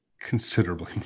considerably